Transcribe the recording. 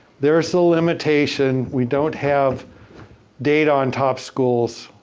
there's a limitation. we don't have data on top schools,